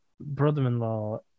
brother-in-law